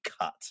cut